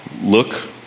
Look